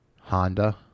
Honda